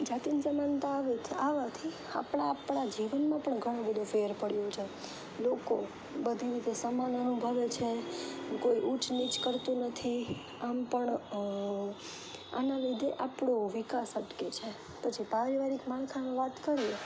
જાતિ સમાનતા આવે આવવાથી આપણા આપણા જીવનમાં પણ ઘણું બધો ફેર પડ્યો છે લોકો બધી રીતે સમાનતા અનુભવે છે કોઈ ઉચ્ચ નીચ કરતું નથી આમ પણ આના લીધે આપણો વિકાસ અટકે છે પછી પારિવારિક માળખાની વાત કરીએ તો